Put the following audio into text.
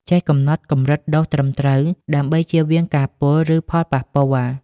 ចេះកំណត់កម្រិតដូសត្រឹមត្រូវ ដើម្បីចៀសវាងការពុល ឬផលប៉ះពាល់។